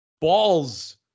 balls